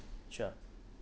sure